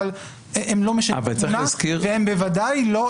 אבל הם לא משנים את התמונה --- אבל צריך להזכיר --- והם בוודאי לא,